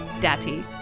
Daddy